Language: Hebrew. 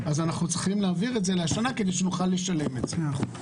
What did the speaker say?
אז אנחנו צריכים להעביר את זה לשנה הנוכחית כדי שנוכל לשלם את זה.